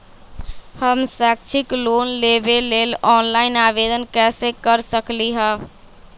हम शैक्षिक लोन लेबे लेल ऑनलाइन आवेदन कैसे कर सकली ह?